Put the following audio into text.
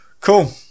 Cool